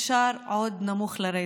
יכול עוד לרדת?